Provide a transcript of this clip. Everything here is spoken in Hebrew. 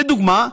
לדוגמה,